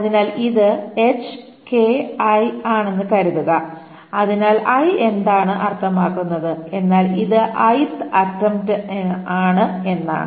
അതിനാൽ ഇത് h k i ആണെന്ന് കരുതുക അതിനാൽ 'i' എന്താണ് അർത്ഥമാക്കുന്നത് എന്നാൽ ഇത് 'ith' അറ്റെംപ്റ്റാണ് എന്നാണ്